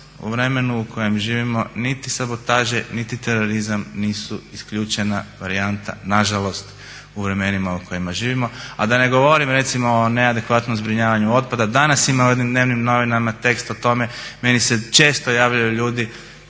u vremenu u kojem živimo niti sabotaže niti terorizam nisu isključena varijanta, nažalost, u vremenima u kojima živimo. A da ne govorim recimo o neadekvatnom zbrinjavanju otpada. Danas ima u jednim dnevnim novinama tekst o tome. Meni se često javljaju ljudi,